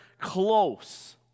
close